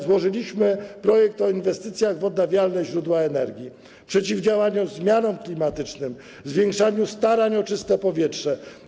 Złożyliśmy projekt o inwestycjach w odnawialne źródła energii, przeciwdziałaniu zmianom klimatycznym, zwiększaniu starań o czyste powietrze.